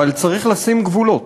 אבל צריך לשים גבולות.